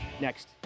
next